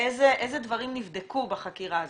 איזה דברים נבדקו בחקירה הזאת.